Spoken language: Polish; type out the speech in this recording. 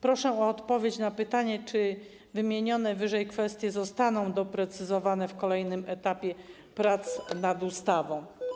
Proszę o odpowiedź na pytanie: Czy wymienione wyżej kwestie zostaną doprecyzowane na kolejnym etapie prac nad ustawą?